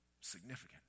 significant